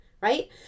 right